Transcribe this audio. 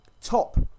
top